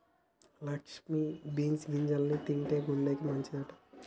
Lakshmi beans గింజల్ని తింటే గుండెకి మంచిదంటబ్బ